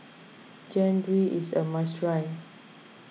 Jian Dui is a must try